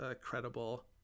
credible